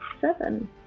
seven